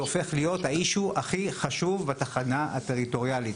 זה הופך להיות האישיו הכי חשוב בתחנה הטריטוריאלית.